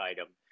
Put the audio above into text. item